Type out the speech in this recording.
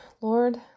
Lord